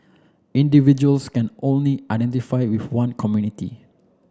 individuals can only identify with one community